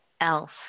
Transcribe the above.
else